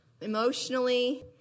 emotionally